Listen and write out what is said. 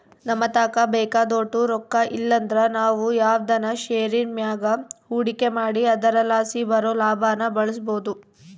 ನಮತಾಕ ಬೇಕಾದೋಟು ರೊಕ್ಕ ಇಲ್ಲಂದ್ರ ನಾವು ಯಾವ್ದನ ಷೇರಿನ್ ಮ್ಯಾಗ ಹೂಡಿಕೆ ಮಾಡಿ ಅದರಲಾಸಿ ಬರೋ ಲಾಭಾನ ಬಳಸ್ಬೋದು